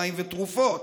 מים ותרופות.